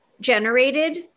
generated